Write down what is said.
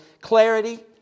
clarity